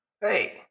Hey